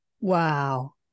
wow